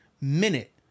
minute